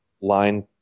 line